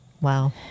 Wow